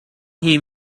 hear